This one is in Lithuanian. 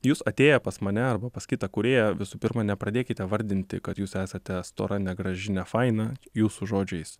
jūs atėję pas mane arba pas kitą kūrėją visų pirma nepradėkite vardinti kad jūs esate stora negraži nefaina jūsų žodžiais